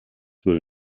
würde